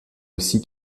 aussi